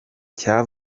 cya